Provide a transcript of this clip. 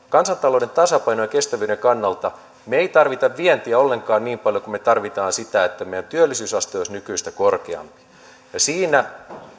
kansantalouden tasapainon ja kestävyyden kannalta me emme tarvitse vientiä ollenkaan niin paljon kuin me tarvitsemme sitä että meidän työllisyysaste olisi nykyistä korkeampi ja siinä